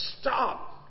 stop